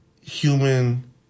human